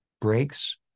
breaks